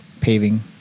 paving